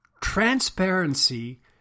transparency